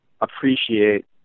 appreciate